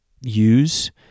use